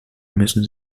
müssen